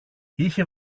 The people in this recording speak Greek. είχε